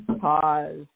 pause